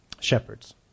shepherds